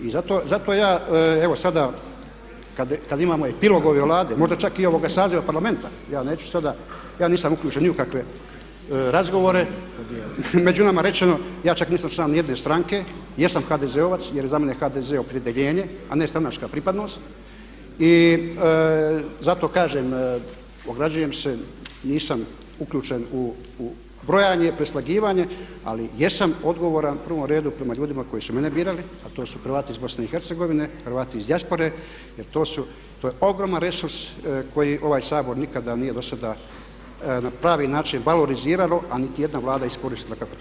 I zato ja evo sada kada imamo epilog ove Vlade možda čak i ovog saziva Parlamenta, ja neću sada, ja nisam uključen ni u kakve razgovore, među nama rečeno ja čak nisam član ni jedne stranke, jesam HDZ-ovac jel je za mene HDZ opredjeljenje a ne stranačka pripadnost, i zato kažem ograđujem se, nisam uključen u brojanje i preslagivanje ali jesam odgovoran u prvom redu prema ljudima koji su mene birali a to su Hrvati iz BIH, Hrvati iz dijaspore jer to je ogroman resurs koji ovaj Sabor nikada nije dosada na pravi način valorizirao a niti jedna Vlada iskoristila kako treba.